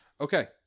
Okay